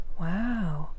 Wow